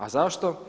A zašto?